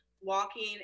walking